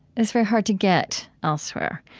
that's very hard to get elsewhere.